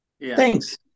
Thanks